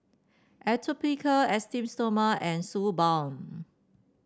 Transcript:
Atopiclair Esteem Stoma and Suu Balm